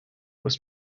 was